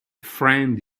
friend